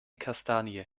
kastanie